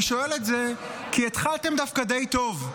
אני שואל את זה כי התחלתם דווקא די טוב.